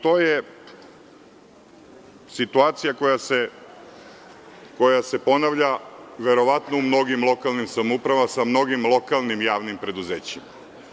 To je situacija koja se ponavlja verovatno u mnogim lokalnim samoupravama sa mnogim lokalnim preduzećima.